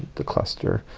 the cluster.